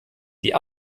die